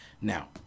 now